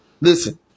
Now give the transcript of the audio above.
Listen